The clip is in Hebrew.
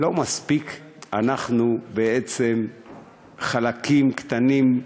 לא מספיק אנחנו חלקים קטנים,